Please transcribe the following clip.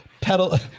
pedal